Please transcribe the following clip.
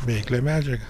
veiklią medžiagą